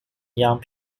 young